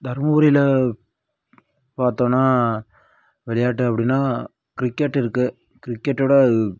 தருமபுரியில் பார்த்தோம்னா விளையாட்டு அப்படின்னா கிரிக்கெட் இருக்குது கிரிக்கெட்டோடு